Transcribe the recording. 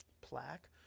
plaque